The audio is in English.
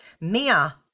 Mia